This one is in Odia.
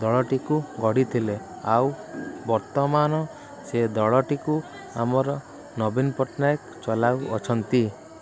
ଦଳଟିକୁ ଗଢ଼ିଥିଲେ ଆଉ ବର୍ତ୍ତମାନ ସେ ଦଳଟିକୁ ଆମର ନବୀନ ପଟ୍ଟାନାୟକ ଚଲାଉ ଅଛନ୍ତି